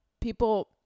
People